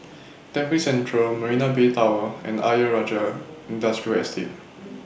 Tampines Central Marina Bay Tower and Ayer Rajah Industrial Estate